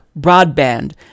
broadband